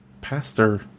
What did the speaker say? pastor